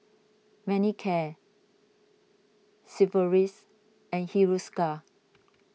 Manicare Sigvaris and Hiruscar